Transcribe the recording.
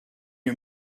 you